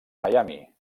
miami